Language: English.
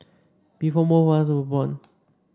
before most of us were born